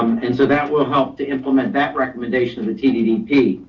and so that will help to implement that recommendation to the tddp.